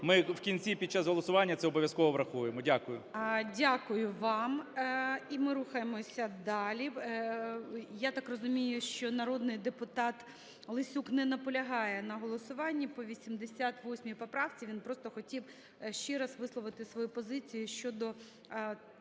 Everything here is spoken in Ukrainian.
Ми в кінці під час голосування це обов'язково врахуємо. Дякую. ГОЛОВУЮЧИЙ. Дякую вам. І ми рухаємося далі. Я так розумію, що народний депутат Лесюк не наполягає на голосуванні по 88 поправці. Він просто хотів ще раз висловити свою позицію щодо